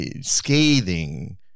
Scathing